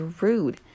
rude